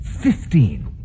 Fifteen